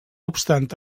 obstant